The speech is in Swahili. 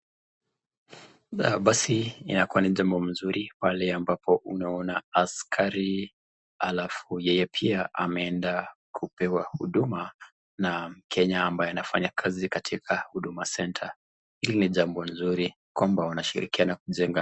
Basi inakuwa ni jambo mzuri pale ambapo unaona askari alafu yeye pia ameenda kupewa huduma na mkenya ambaye anafanya kazi katika huduma centre . Hili ni jambo mzuri kwamba wanashirikiana kujenga.